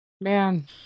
Man